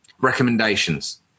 recommendations